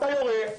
אתה יורה,